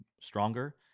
stronger